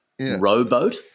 rowboat